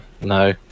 no